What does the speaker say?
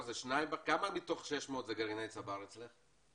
כמה מתוך ה-600 זה גרעין צבר אצלך?